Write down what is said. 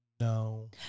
No